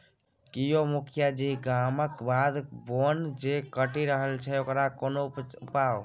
की यौ मुखिया जी गामक बाध बोन जे कटि रहल छै ओकर कोनो उपाय